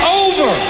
over